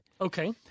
Okay